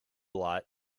lot